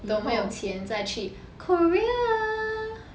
等我们有钱再去 korea